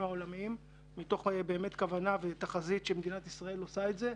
העולמיים מתוך תחזית שמדינת ישראל באמת תעשה את זה,